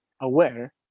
aware